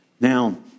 Now